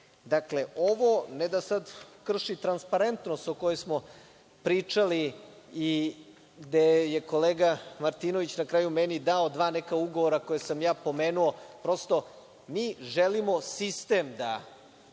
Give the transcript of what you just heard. Dakle, ovo ne da sada krši transparentnost o kojoj smo pričali i gde je kolega Martinović na kraju meni dao dva neka ugovora koje sam ja pomenuo. Mi želimo sistem da